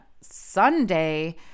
Sunday